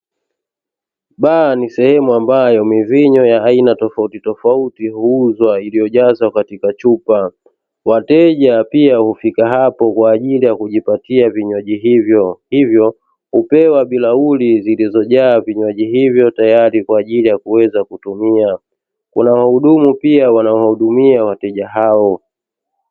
Baa ni sehemu ambayo mivinyo ya aina tofauti tofauti huuzwa iliyojazwa katika chupa, wateja pia hufika hapo kwa ajili ya kujipatia vinywaji hivyo hivyo hupewa bilauli zilizojaa vinywaji hivyo tayari kwa ajili ya kuweza kutumia kuna wahudumu pia wanaowahudumia wateja hao.